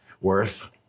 worth